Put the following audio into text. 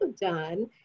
done